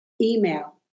email